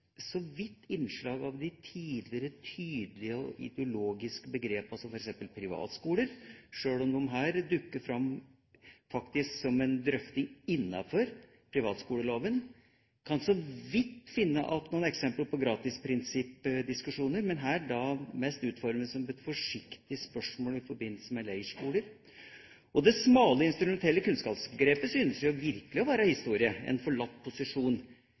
innslag av de tidligere tydelige og ideologiske begrepene, som f.eks. «privatskoler», sjøl om de her faktisk dukker fram som ei drøfting innafor privatskoleloven. Man kan så vidt finne igjen noen eksempler på gratisprinsippdiskusjoner, men her mest utformet som et forsiktig spørsmål i forbindelse med leirskoler. Det smale instrumentelle kunnskapsgrepet syns virkelig å være historie – en forlatt posisjon,